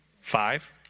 Five